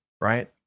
right